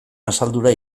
asaldura